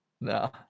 No